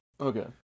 okay